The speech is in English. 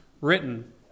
written